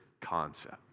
concept